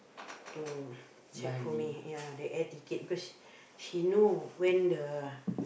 to check for me ya the air ticket because he know when the